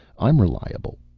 i'm reliable.